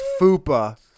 Fupa